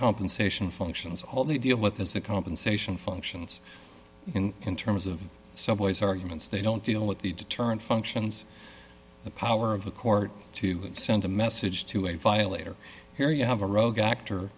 compensation functions all the deal with is that compensation functions in in terms of subways arguments they don't deal with the deterrent functions the power of the court to send a message to a violator here you have a rogue